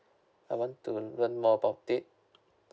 I want to learn more about it